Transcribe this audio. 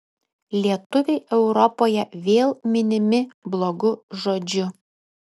lietuviai europoje vėl minimi blogu žodžiu